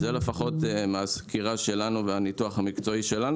זה לפחות מהסקירה שלנו והניתוח המקצועי שלנו